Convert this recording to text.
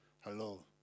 hello